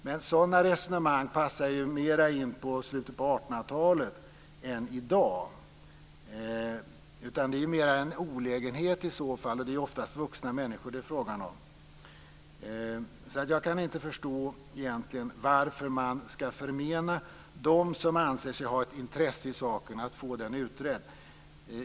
Men sådana resonemang passar mer in på slutet av 1800 talet än i dag. Det är i så fall mer fråga om en olägenhet, och det gäller ju oftast vuxna människor. Jag kan alltså egentligen inte förstå varför man ska förmena dem som anser sig ha ett intresse i saken att få den utredd.